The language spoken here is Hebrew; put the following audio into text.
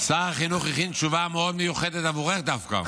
שר החינוך הכין תשובה מאוד מיוחדת עבורך דווקא.